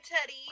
Teddy